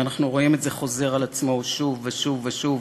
ואנחנו רואים את זה חוזר על עצמו שוב ושוב ושוב,